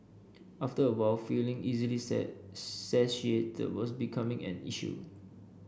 after a while feeling easily satiated was becoming an issue